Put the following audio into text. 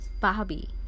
Bobby